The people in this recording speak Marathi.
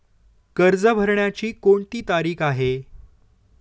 कर्ज भरण्याची कोणती तारीख आहे?